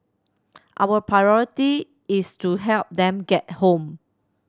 our priority is to help them get home